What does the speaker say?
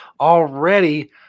Already